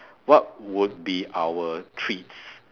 what would be our treats